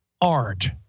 art